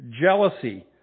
jealousy